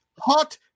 hot